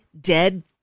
dead